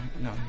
no